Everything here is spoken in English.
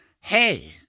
hey